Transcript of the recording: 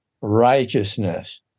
righteousness